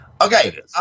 Okay